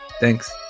Thanks